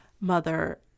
mother